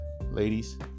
ladies